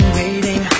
waiting